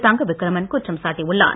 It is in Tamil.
தங்க விக்ரமன் குற்றம் சாட்டியுள்ளார்